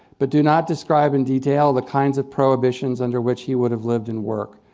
but do not describe in detail the kinds of prohibitions under which he would have lived and worked.